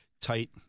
tight